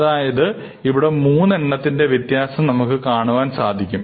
അതായത് ഇവിടെ മൂന്ന് എണ്ണത്തിന്റെ വ്യത്യാസം നമുക്ക് കാണുവാൻ സാധിക്കും